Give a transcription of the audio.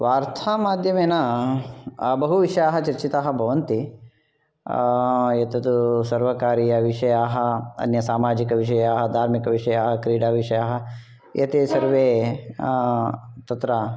वार्तामाध्यमेन बहुविषयाः चर्चिताः भवन्ति एतत् सर्वकारीयविषयाः अन्यसामाजिकविषयाः धार्मिकविषयाः क्रीडाविषयाः एते सर्वे तत्र